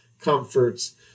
comforts